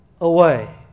away